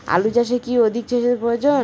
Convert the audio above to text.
আলু চাষে কি অধিক সেচের প্রয়োজন?